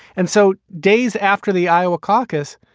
and so days after the iowa caucus,